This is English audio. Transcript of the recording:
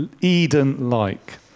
Eden-like